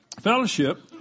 fellowship